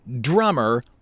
drummer